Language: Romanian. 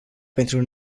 pentru